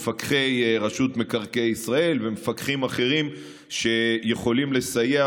מפקחי רשות מקרקעי ישראל ומפקחים אחרים שיכולים לסייע,